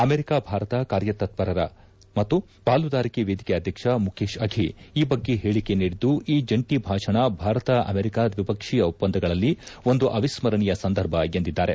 America Bharat ಕಾರ್ಯತ್ಪರ ಮತ್ತು ಪಾಲುದಾರಿಕೆ ವೇದಿಕೆ ಅಧ್ಯಕ್ಷ ಮುಖೇಶ್ ಅಫಿ ಈ ಬಗ್ಗೆ ಹೇಳಿಕೆ ನೀಡಿದ್ದು ಈ ಜಂಟಿ ಭಾಷಣ ಭಾರತ ಅಮೆರಿಕ ದ್ವಿಪಕ್ಷೀಯ ಒಪ್ಪಂದಗಳಲ್ಲಿ ಒಂದು ಅವಿಸ್ಮರಣೀಯ ಸಂದರ್ಭ ಎಂದಿದ್ದಾರೆ